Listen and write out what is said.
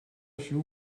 few